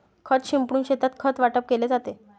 खत शिंपडून शेतात खत वाटप केले जाते